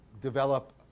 develop